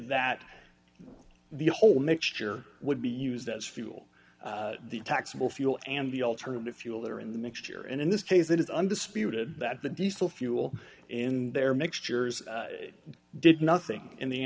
that the whole mixture would be used as fuel taxable fuel and the alternative fuel that are in the mixture and in this case it is undisputed that the diesel fuel in their mixtures did nothing in the